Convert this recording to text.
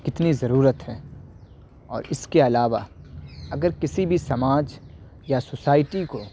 کتنی ضرورت ہے اور اس کے علاوہ اگر کسی بھی سماج یا سوسائٹی کو